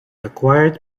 acquired